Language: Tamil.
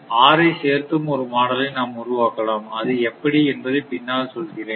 R ஐ சேர்த்தும் ஒரு மாடலை நாம் உருவாக்கலாம் அது எப்படி என்பதை பின்னால் சொல்கிறேன்